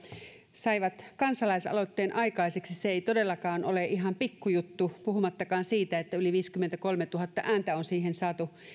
saivat kansalaisaloitteen aikaiseksi se ei todellakaan ole ihan pikkujuttu puhumattakaan siitä että yli viisikymmentäkolmetuhatta ääntä on siihen saatu